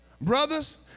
Brothers